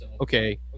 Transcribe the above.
okay